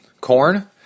corn